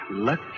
Look